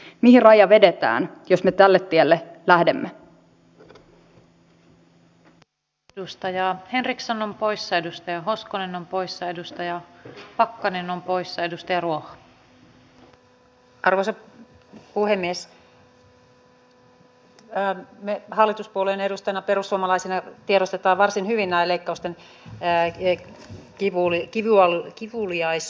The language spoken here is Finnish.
se on ihan totta harakka ja laukkanen viittasivat näihin nuoriin yrittäjiin että erityisen tärkeätä on luoda mahdollisuuksia tämmöisiin nuorten yrittäjien yhteisöihin joissa he tukevat toisiaan ja siihen että yrittäjillä hahmottuu koko ajan nuorella polvella enemmän se että sinun ei tarvitse osata itse kaikkea vaan yhteistyössä tehdään asioita